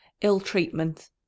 ill-treatment